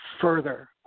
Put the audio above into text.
further